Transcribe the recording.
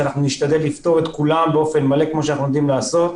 אנחנו נשתדל לפתור את כולם באופן מלא כמו שאנחנו יודעים לעשות.